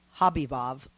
Habibov